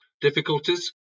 difficulties